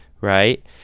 right